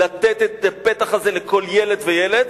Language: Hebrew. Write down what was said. לתת את הפתח הזה לכל ילד וילד,